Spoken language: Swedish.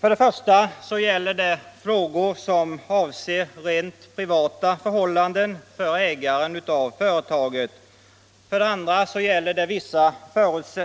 För det första gäller det frågor som avser rent privata förhållanden för ägaren av företaget, för det andra gäller det vissa